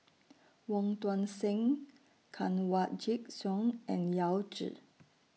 Wong Tuang Seng Kanwaljit Soin and Yao Zi